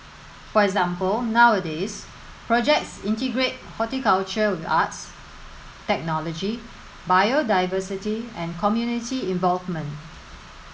for example nowadays projects integrate horticulture with arts technology biodiversity and community involvement